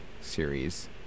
series